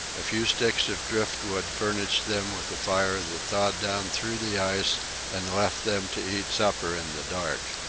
a few sticks of driftwood furnished them with a fire that thawed down through the ice and left them to eat supper in the dark.